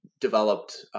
developed